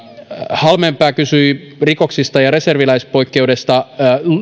halmeenpää kysyi rikoksista ja reserviläispoikkeuksesta